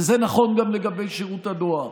זה נכון גם לגבי שירות הדואר.